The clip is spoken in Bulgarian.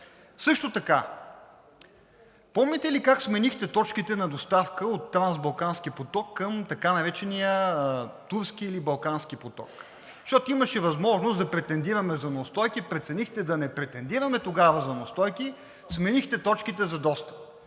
Също така помните ли как сменихте точките на доставка от Трансбалкански поток към така наречения Турски или Балкански поток, защото имаше възможност да претендираме за неустойки? Преценихте да не претендираме тогава за неустойки, сменихте точките за достъп.